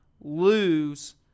lose